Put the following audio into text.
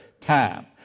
time